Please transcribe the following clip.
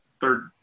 third